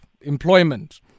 employment